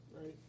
Right